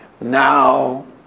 Now